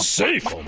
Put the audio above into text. safe